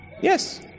Yes